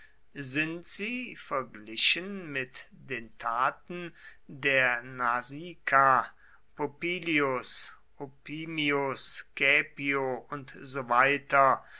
sind sie verglichen mit den taten der nasica popillius opimius caepio und so weiter